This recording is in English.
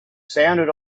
sounded